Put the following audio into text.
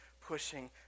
pushing